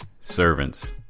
Servants